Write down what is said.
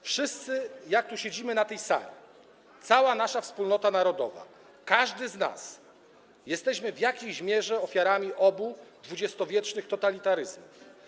Wszyscy - tak jak tu siedzimy na tej sali, cała nasza wspólnota narodowa, każdy z nas - jesteśmy w jakiejś mierze ofiarami obu dwudziestowiecznych totalitaryzmów.